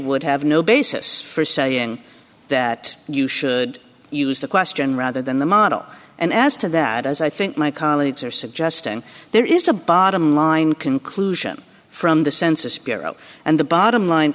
would have no basis for saying that you should use the question rather than the model and as to that as i think my colleagues are suggesting there is a bottom line conclusion from the census bureau and the bottom line